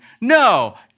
No